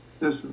Yes